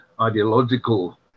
ideological